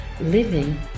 living